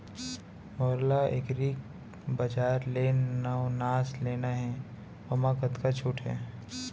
मोला एग्रीबजार ले नवनास लेना हे ओमा कतका छूट हे?